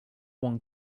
one